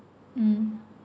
mm